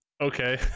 Okay